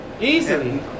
Easily